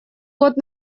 год